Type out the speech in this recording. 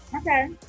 Okay